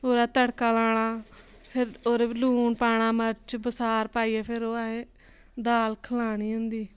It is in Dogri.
ओह्दा तड़का लाना फिर ओह्दे च लून पाना मर्चा बसार पाइयै फिर ओह् असें दाल खलानी होंदी